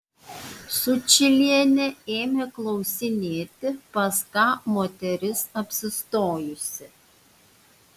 sučylienė ėmė klausinėti pas ką moteris apsistojusi